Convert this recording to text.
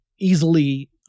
easily